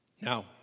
Now